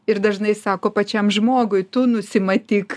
ir dažnai sako pačiam žmogui tu nusimatyk